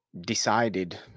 decided